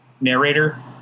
narrator